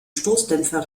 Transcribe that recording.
stoßdämpfer